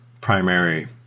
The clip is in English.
primary